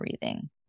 breathing